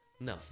No